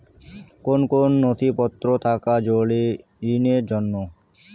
কোন কোন নথিপত্র থাকা জরুরি ঋণের জন্য?